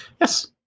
Yes